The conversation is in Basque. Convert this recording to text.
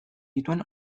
dituen